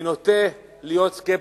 אני נוטה להיות סקפטי.